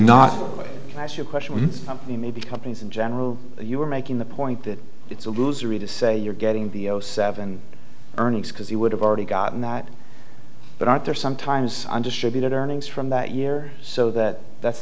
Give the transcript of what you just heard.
not as you question maybe companies in general you are making the point that it's a loser read to say you're getting the seven earnings because you would have already gotten that but aren't there sometimes undistributed earnings from that year so that that's